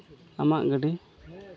ᱟᱢᱟᱜ ᱜᱟᱹᱰᱤ